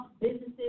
businesses